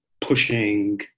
pushing